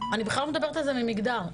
אני בכלל לא מדברת על זה ממקום של מגדר,